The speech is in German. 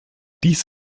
dies